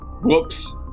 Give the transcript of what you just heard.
Whoops